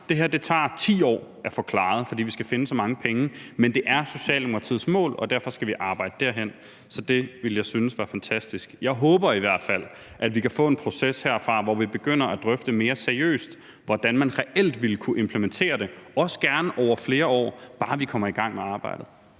det her tager 10 år at få klaret, fordi vi skal finde så mange penge, men det er Socialdemokratiets mål, og derfor skal vi arbejde derhenad. Så det ville jeg synes var fantastisk. Jeg håber i hvert fald, at vi kan få en proces herfra, hvor vi begynder at drøfte mere seriøst, hvordan man reelt ville kunne implementere det, også gerne over flere år – bare vi kommer i gang med arbejdet.